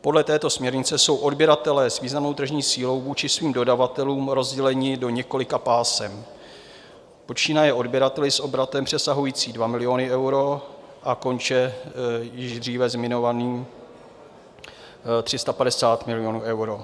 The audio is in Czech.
Podle této směrnice jsou odběratelé s významnou tržní sílou vůči svým dodavatelům rozděleni do několika pásem, počínaje odběrateli s obratem přesahujícím 2 miliony eur a konče již dříve zmiňovaným 350 milionů eur.